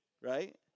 Right